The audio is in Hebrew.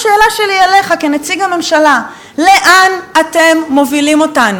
השאלה שלי אליך כנציג הממשלה: לאן אתם מובילים אותנו?